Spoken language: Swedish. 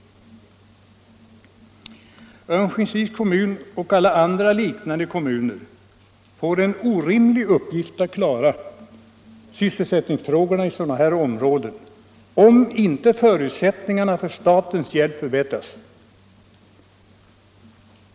Örnsköldsviks kommun och alla andra liknande kommuner får en orimlig uppgift med att klara sysselsättningsfrågorna i sådana här områden om inte förutsättningarna för statens hjälp förbättras.